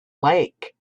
lake